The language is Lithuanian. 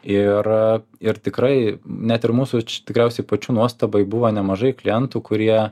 ir ir tikrai net ir mūsų čia tikriausiai pačių nuostabai buvo nemažai klientų kurie